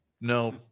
No